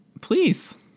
please